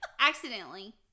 Accidentally